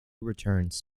returns